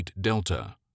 DELTA